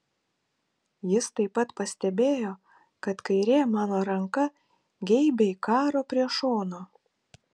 jis taip pat pastebėjo kad kairė mano ranka geibiai karo prie šono